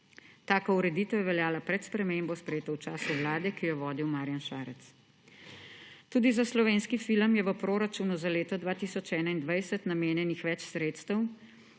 Taka ureditev je veljala pred spremembo, sprejeto v času vlade, ki jo je vodil Marjan Šarec. Tudi za slovenski film je v proračunu za leto 2021 namenjenih več sredstev